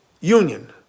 union